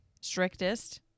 strictest